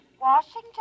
Washington